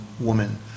woman